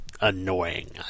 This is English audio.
annoying